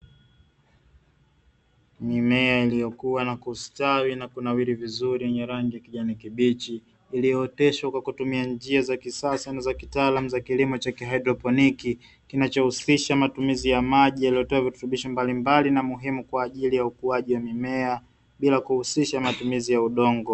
Mimea iliyokua na kustawi na kunawiri vizuri, wenye rangi ya kijani kibichi, ulioteshwa kwa kutumia njia za kisasa na za kitaalamu za kilimo cha haidroponiki, kinachohusisha matumizi ya maji yaliyo na virutubisho mbalimbali na muhimu kwa ajili ya ukuaji wa mimea, bila kuhusisha matumizi ya udongo.